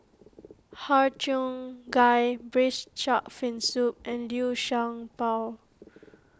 Har Cheong Gai Braised Shark Fin Soup and Liu Sha Bao